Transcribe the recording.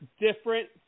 different